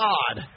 God